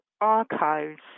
archives